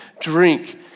drink